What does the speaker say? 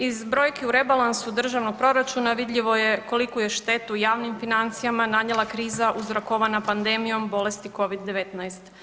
Iz brojki u rebalansu državnog proračuna vidljivo je koliku je štetu javnim financijama nanijela kriza uzrokovana pandemijom bolesti Covid-19.